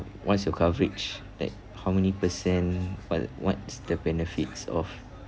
what's your coverage at how many percent but what's the benefits of